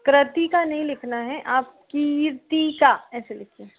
क्रातिका नहीं लिखना है आप कीर्तिका ऐसे लिखिए